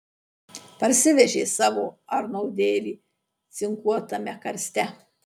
parsivežė savo arnoldėlį cinkuotame karste